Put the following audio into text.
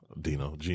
Dino